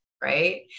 right